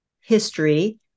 history